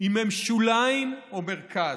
אם הם שוליים או מרכז,